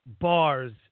bars